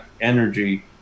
energy